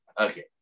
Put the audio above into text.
okay